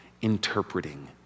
interpreting